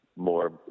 more